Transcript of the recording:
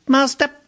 Master